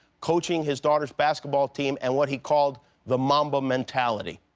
coaching his daughter's basketball team, and what he called the mamba mentality.